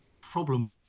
problem